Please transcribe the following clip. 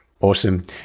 Awesome